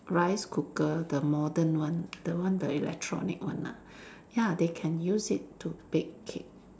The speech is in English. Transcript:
rice cooker the modern one the one the electronic one ah ya they can use it to bake cake